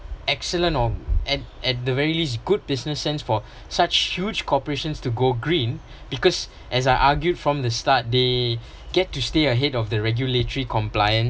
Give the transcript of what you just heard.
excellent or at at the very least good business sense for such huge corporations to go green because as I argued from the start they get to stay ahead of the regulatory compliance